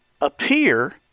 appear